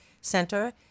center